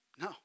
No